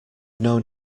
known